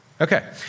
Okay